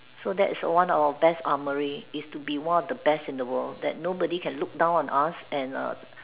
so that's one of our best armory is to be one of the best in the world that nobody can look down on us and er